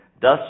thus